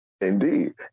Indeed